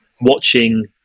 watching